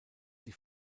die